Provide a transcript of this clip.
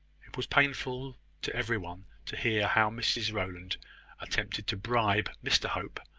it was painful to every one to hear how mrs rowland attempted to bribe mr hope,